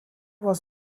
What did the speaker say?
was